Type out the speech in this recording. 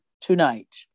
tonight